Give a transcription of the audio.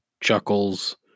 chuckles